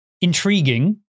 intriguing